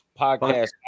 podcast